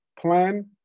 plan